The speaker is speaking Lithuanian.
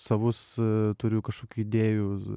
savus turiu kažkokių idėjų